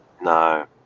No